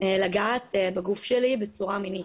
לגעת בגוף שלי בצורה מינית.